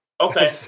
Okay